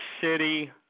City